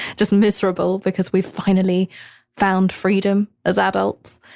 just miserable because we've finally found freedom as adults.